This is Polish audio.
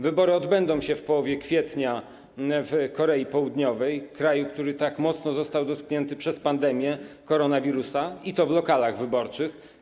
Wybory odbędą się w połowie kwietnia w Korei Południowej - kraju, który tak mocno został dotknięty przez pandemię koronawirusa, i to w lokalach wyborczych.